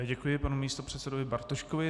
Děkuji panu místopředsedovi Bartoškovi.